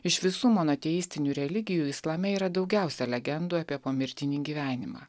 iš visų monoteistinių religijų islame yra daugiausia legendų apie pomirtinį gyvenimą